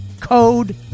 code